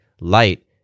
light